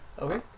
Okay